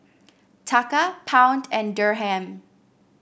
Taka Pound and Dirham